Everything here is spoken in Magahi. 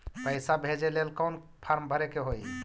पैसा भेजे लेल कौन फार्म भरे के होई?